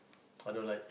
I don't like